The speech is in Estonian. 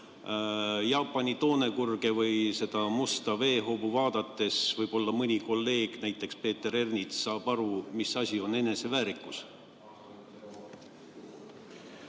Jaapani toonekurge või seda musta jõehobu vaadates. Võib-olla mõni kolleeg, näiteks Peeter Ernits, saab siis aru, mis asi on eneseväärikus.